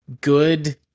good